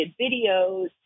videos